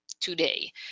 today